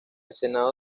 senado